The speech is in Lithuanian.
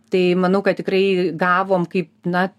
tai manau kad tikrai gavom kaip na